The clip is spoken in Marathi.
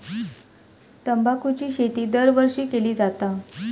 तंबाखूची शेती दरवर्षी केली जाता